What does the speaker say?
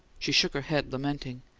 she shook her head, lamenting.